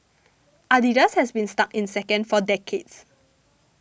Adidas has been stuck in second for decades